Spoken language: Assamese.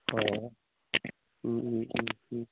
অঁ